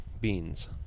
Beans